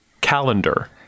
Calendar